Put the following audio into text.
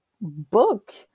book